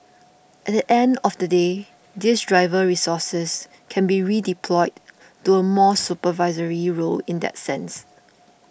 at the end of the day these driver resources can be redeployed to a more supervisory role in that sense